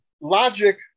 logic